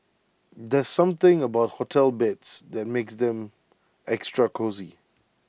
there's something about hotel beds that makes them extra cosy